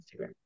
Instagram